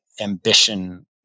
ambition